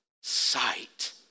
sight